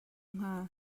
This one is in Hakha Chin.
hnga